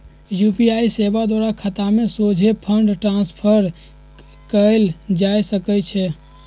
UPI सेवा द्वारा खतामें सोझे फंड ट्रांसफर कएल जा सकइ छै